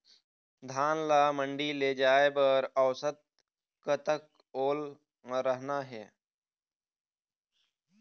धान ला मंडी ले जाय बर औसत कतक ओल रहना हे?